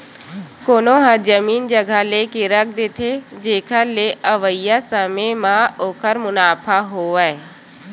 कोनो ह जमीन जघा लेके रख देथे, जेखर ले अवइया समे म ओखर मुनाफा होवय